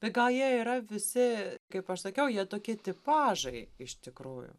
tai gal jie yra visi kaip aš sakiau jie tokie tipažai iš tikrųjų